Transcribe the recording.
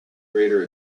greater